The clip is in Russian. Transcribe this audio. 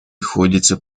приходится